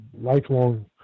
lifelong